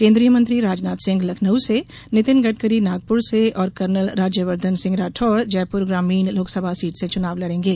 केन्द्रीय मंत्री राजनाथ सिंह लखनऊ से नितिन गडकरी नागपुर से और कर्नल राज्यवर्धन सिंह राठौड़ जयपुर ग्रामीण लोकसभा सीट से चुनाव लड़ेंगे